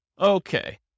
Okay